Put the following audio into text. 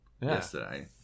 yesterday